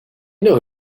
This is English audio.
know